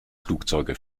flugzeuge